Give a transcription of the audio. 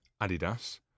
Adidas